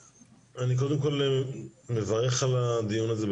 אני קודם כול מברך על הדיון הזה,